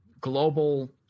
global